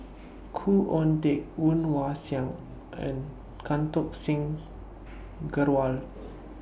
Khoo Oon Teik Woon Wah Siang and Can Talk Singh Grewal